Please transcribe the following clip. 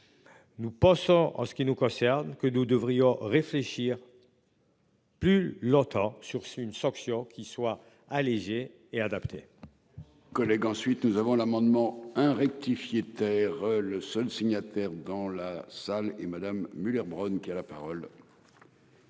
Nous pensons en ce qui nous concerne que nous devrions réfléchir. Plus l'longtemps sur c'est une sanction qui soit allégée et adaptée. Collègues, ensuite nous avons l'amendement hein rectifier terre le seul signataire dans la salle et Madame Muller-Bronn qui a la parole.